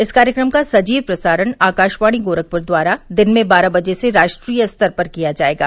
इस कार्यक्रम का सजीव प्रसारण आकाशवाणी गोरखपुर द्वारा दिन में बारह बजे से राष्ट्रीय स्तर पर किया जायेगा